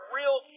real